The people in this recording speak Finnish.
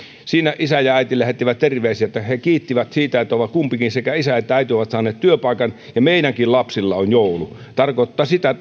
siinä isä ja äiti lähettivät terveisiä he kiittivät siitä että ovat kumpikin sekä isä että äiti saaneet työpaikan ja meidänkin lapsilla on joulu tarkoittaa sitä